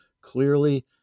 clearly